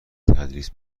تدریس